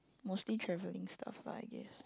mostly traveling stuff lah I guess